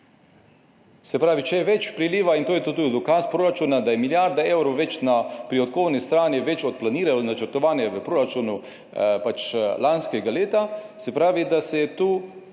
Se pravi, če je več priliva in to je tudi dokaz proračuna, da je milijarda evrov več na prihodkovni strani več od planirajo načrtovane v proračunu, lanskega leta, se pravi, da se je tu